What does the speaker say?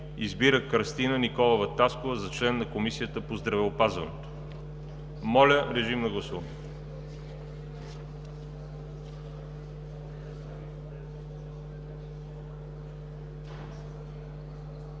Избира Кръстина Николова Таскова за член на Комисията по здравеопазването.“ Моля, режим на гласуване.